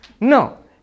No